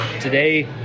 today